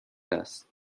است